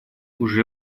уже